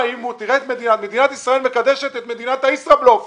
מדינת ישראל מקדשת את מדינת הישראבלופ.